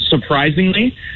Surprisingly